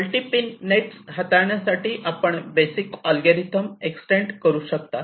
multi pin nets हाताळण्यासाठी आपण basic algorithm extend करू शकतात